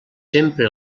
sempre